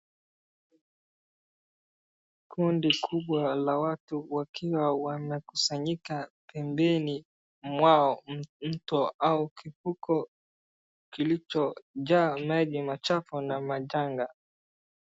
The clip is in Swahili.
Kundi kubwa la watu wakiwa wanakusanyika pembeni mwa mto au kupuko kilichojaa maji machafu na majanga .